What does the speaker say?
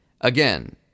Again